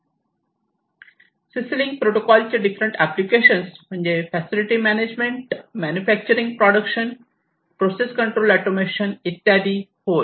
CC link protocol चे different application म्हणजे facility management manufacturing production process control automation इत्यादी होय